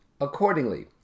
accordingly